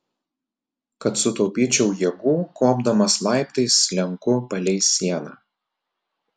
kad sutaupyčiau jėgų kopdamas laiptais slenku palei sieną